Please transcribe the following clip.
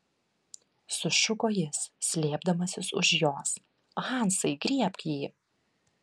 sušuko jis slėpdamasis už jos hansai griebk jį